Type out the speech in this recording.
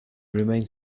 remained